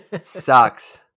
Sucks